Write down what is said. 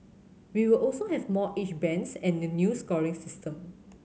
we will also have more age bands and a new scoring system